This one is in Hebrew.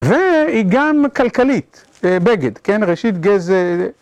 והיא גם כלכלית, בגד, כן? ראשית גז...